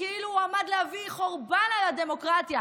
כאילו הוא עמד להביא חורבן על הדמוקרטיה,